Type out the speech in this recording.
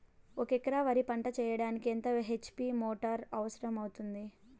ఒక ఎకరా వరి పంట చెయ్యడానికి ఎంత హెచ్.పి మోటారు అవసరం అవుతుంది?